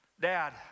Dad